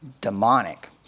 demonic